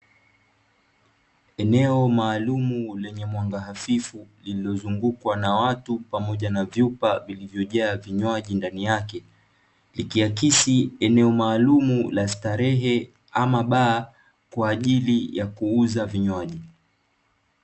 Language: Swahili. Eneo maalumu lenye mwanga hafifu lililozungukwa na watu pamoja na vyupa vilivyojaa vinywaji ndani yake, likiakisi eneo maalumu la starehe, ama baa kwa ajili ya kuuza vinywaji.